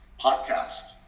podcast